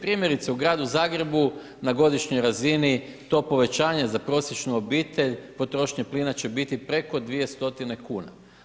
Primjerice u gradu Zagrebu na godišnjoj razini to povećanje za prosječnu obitelj, potrošnja plina će biti preko 2 stotine kuna.